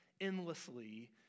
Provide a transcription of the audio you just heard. endlessly